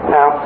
Now